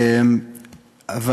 אבל